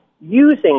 using